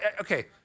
okay